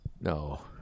No